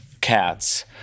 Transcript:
cats